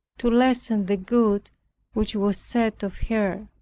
to lessen the good which was said of her.